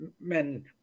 men